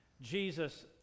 Jesus